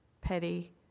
petty